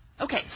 Okay